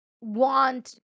want